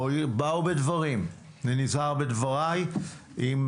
או באו דברים אני נזהר בדבריי עם